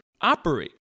operate